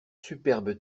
superbe